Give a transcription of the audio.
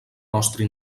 nostra